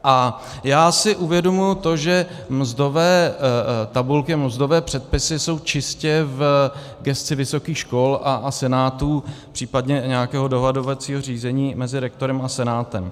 A já si uvědomuji to, že mzdové tabulky nebo mzdové předpisy jsou čistě v gesci vysokých škol a Senátu, případně i nějakého dohadovacího řízení mezi rektorem a Senátem.